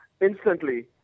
instantly